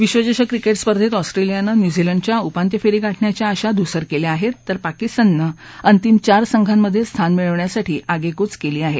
विश्वचषक क्रिके स्पर्धेत ऑस्ट्रेलियानं न्युझीलंडच्या उपांत्य फेरी गाठण्याच्या आशा धूसर केल्या आहेत तर पाकिस्ताननं अंतिम चार संघांमधे स्थान मिळवण्यासाठी आगेकूच केली आहे